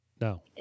No